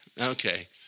Okay